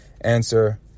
answer